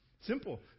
Simple